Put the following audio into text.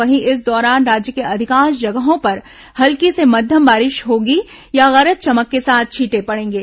वहीं इस दौरान राज्य के अधिकांश जगहों पर हल्की से मध्यम बारिश होगी या गरज चमक के साथ छींटे पड़ेंगे